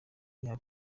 kandi